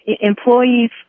employees